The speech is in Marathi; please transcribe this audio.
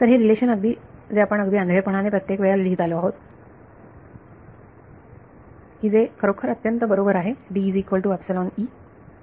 तर हे रिलेशन जे आपण अगदी आंधळेपणाने प्रत्येक वेळेला लिहीत आलो आहोत की जे खरोखर अत्यंत बरोबर आहे